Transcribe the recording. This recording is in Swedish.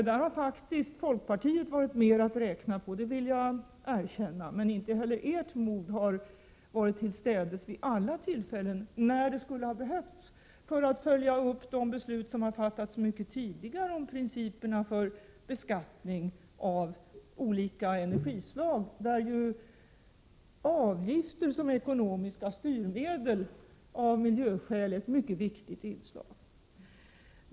Där har folkpartiet varit mera att räkna med, men inte heller folkpartiets mod har varit tillstädes vid alla tillfällen när det skulle ha behövts för att följa upp det beslut som fattats mycket tidigare i fråga om beskattning av olika energislag, där avgifter som ekonomiska styrmedel av miljöskäl är ett mycket viktigt inslag.